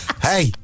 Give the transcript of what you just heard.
Hey